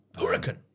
Hurricane